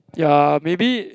ya maybe